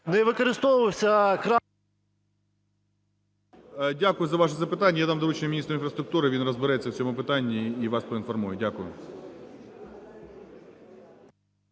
Дякую за ваше запитання. Я дам доручення міністру інфраструктури, він розбереться в цьому питанні і вас поінформує. Дякую.